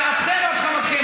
על אפכם וחמתכם.